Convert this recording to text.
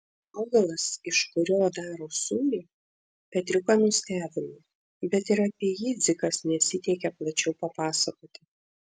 augalas iš kurio daro sūrį petriuką nustebino bet ir apie jį dzikas nesiteikė plačiau papasakoti